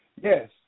yes